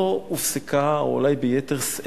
שמאז לא הופסק, או אולי ביתר שאת,